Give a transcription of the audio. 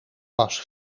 was